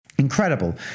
Incredible